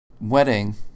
wedding